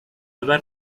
ever